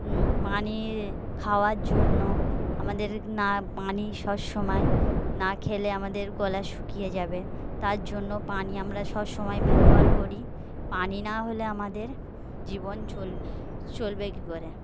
পানি খাওয়ার জন্য আমাদের না পানি সব সবসময় না খেলে আমাদের গলা শুকিয়ে যাবে তার জন্য পানি আমরা সবসময় ব্যবহার করি পানি না হলে আমাদের জীবন চল চলবে কী করে